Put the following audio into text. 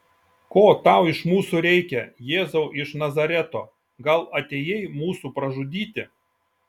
ko tau iš mūsų reikia jėzau iš nazareto gal atėjai mūsų pražudyti